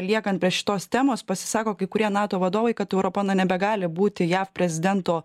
liekant prie šitos temos pasisako kai kurie nato vadovai kad europa na nebegali būti jav prezidento